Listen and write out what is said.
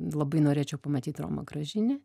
labai norėčiau pamatyt romą gražinį